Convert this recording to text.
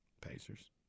Pacers